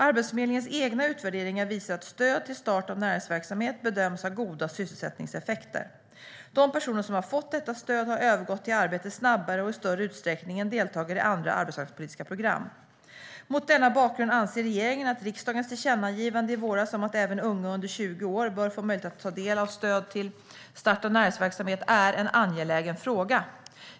Arbetsförmedlingens egna utvärderingar visar att stöd till start av näringsverksamhet bedöms ha goda sysselsättningseffekter. De personer som fått detta stöd har övergått till arbete snabbare och i större utsträckning än deltagare i andra arbetsmarknadspolitiska program. Mot denna bakgrund anser regeringen att riksdagens tillkännagivande i våras om att även unga under 20 år bör få möjlighet att ta del av stöd till start av näringsverksamhet är en angelägen fråga.